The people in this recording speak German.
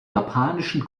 japanischen